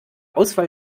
auswahl